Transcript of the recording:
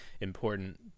important